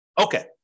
Okay